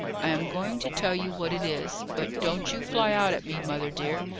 i am going to tell you what it is. but don't you fly out at me, mother dear,